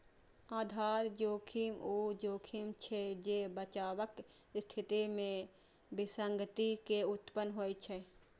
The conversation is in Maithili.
आधार जोखिम ऊ जोखिम छियै, जे बचावक स्थिति मे विसंगति के उत्पन्न होइ छै